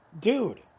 Dude